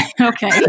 Okay